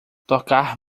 tocar